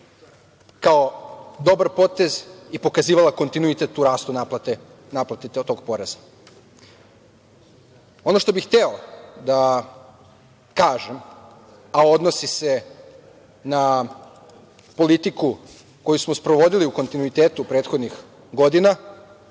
kao dobar potez i pokazivala kontinuitet u rastu naplate tog poreza. Ono što bih hteo da kažem, a odnosi se na politiku koju smo sprovodili u kontinuitetu prethodnih godina,